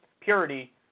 purity